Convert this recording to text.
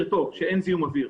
מדובר